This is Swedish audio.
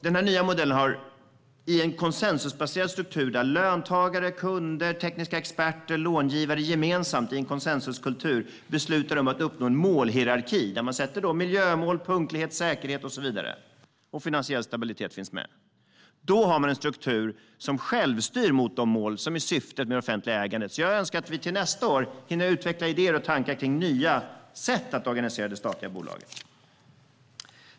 Denna nya modell har en konsensusbaserad struktur, där löntagare, kunder, tekniska experter och långivare gemensamt i en konsensuskultur beslutar om att uppnå en målhierarki, där man sätter upp miljömål, punktlighet, säkerhet och så vidare och där finansierad stabilitet finns med. Då har man en struktur som självstyr mot de mål som är syftet med det offentliga ägandet. Jag önskar därför att vi till nästa år hinner utveckla idéer och tankar kring nya sätt att organisera de statliga bolagen.